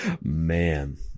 Man